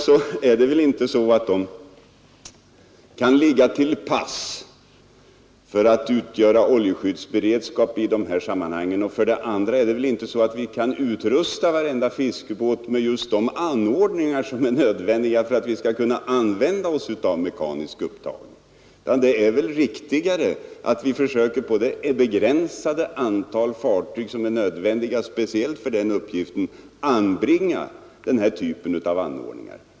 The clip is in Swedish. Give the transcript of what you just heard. Men för det första kan ju fiskarna inte ligga till pass som en oljeskyddsberedskap, och för det andra kan vi väl inte utrusta varje fiskebåt med just de anordningar som är nödvändiga för att kunna tillämpa mekanisk oljeupptagning. Det är väl riktigare att vi utrustar det begränsade antal fartyg, som är nödvändiga för den uppgiften, med sådana anordningar.